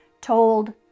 told